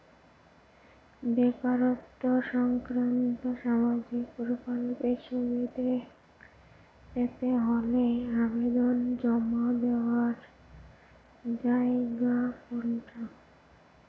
বেকারত্ব সংক্রান্ত সামাজিক প্রকল্পের সুবিধে পেতে হলে আবেদন জমা দেওয়ার জায়গা কোনটা?